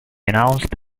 announced